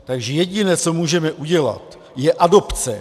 Takže jediné, co můžeme udělat, je adopce.